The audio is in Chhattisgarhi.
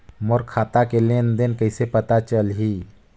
मोर खाता के लेन देन कइसे पता चलही?